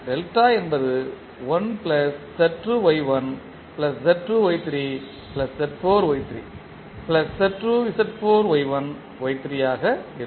delta என்பது 1 Z2 Y1 Z2 Y3 Z4 Y3 Z2 Z4 Y1 Y3 ஆக இருக்கும்